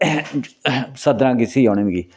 सद्धना किसी ऐ उनें मिगी